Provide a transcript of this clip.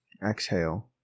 Exhale